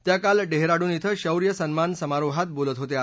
त्या काल डेहराडून िक्वे शौर्य सन्मान समारोहात बोलत होत्या